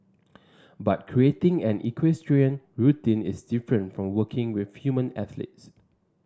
but creating an equestrian routine is different from working with human athletes